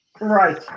Right